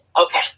okay